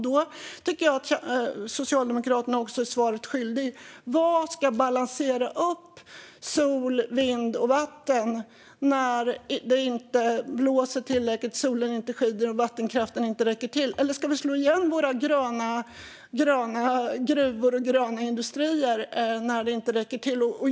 Då tycker jag att Socialdemokraterna också är svaret skyldiga: Vad ska balansera upp sol, vind och vatten när solen inte skiner, när det inte blåser tillräckligt och när vattenkraften inte räcker till? Eller ska vi slå igen våra gröna gruvor och gröna industrier när elen inte räcker till?